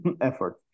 effort